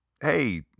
hey